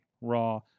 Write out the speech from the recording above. raw